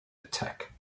attack